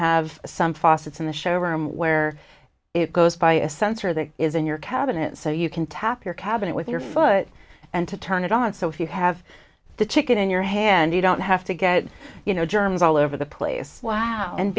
have some faucets in the showroom where it goes by a sensor that is in your cabinet so you can tap your cabinet with your foot and to turn it on so if you have the chicken in your hand you don't have to get you know germs all over the place wow and